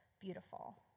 beautiful